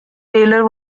taylor